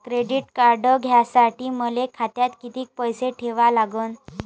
Credit card घ्यासाठी मले खात्यात किती पैसे ठेवा लागन?